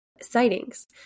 sightings